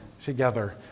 together